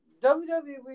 WWE